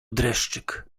dreszczyk